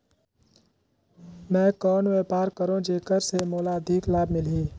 मैं कौन व्यापार करो जेकर से मोला अधिक लाभ मिलही?